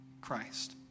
Christ